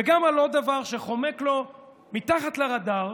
וגם על עוד דבר שחומק לו מתחת לרדאר.